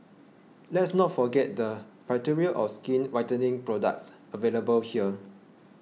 let's not forget the plethora of skin whitening products available here